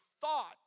thought